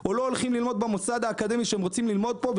או לא הולכים ללמוד במוסד האקדמי שהם רוצים ללמוד פה.